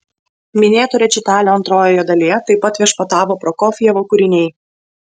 minėto rečitalio antrojoje dalyje taip pat viešpatavo prokofjevo kūriniai